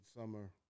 Summer